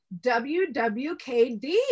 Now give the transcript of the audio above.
wwkd